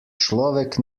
človek